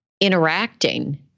interacting